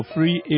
Free